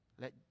let